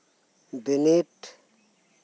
ᱵᱤᱱᱤᱰ